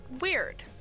weird